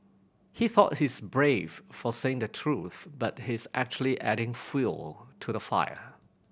he thought he's brave for saying the truth but he's actually adding fuel to the fire